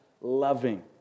loving